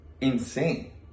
insane